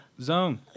Zone